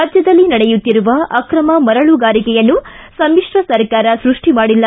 ರಾಜ್ಯದಲ್ಲಿ ನಡೆಯುತ್ತಿರುವ ಆಕ್ರಮ ಮರಳುಗಾರಿಕೆಯನ್ನು ಸಮಿಶ್ರ ಸರ್ಕಾರ ಸೃಷ್ಟಿ ಮಾಡಿಲ್ಲ